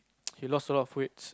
he lost a lot of weights